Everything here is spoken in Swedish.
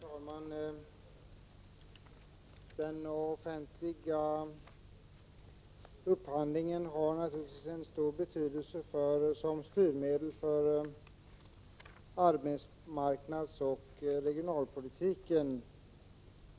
Herr talman! Den offentliga upphandlingen har naturligtvis stor betydelse som styrmedel för arbetsmarknadsoch regionalpolitiken.